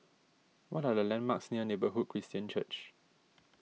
what are the landmarks near Neighbourhood Christian Church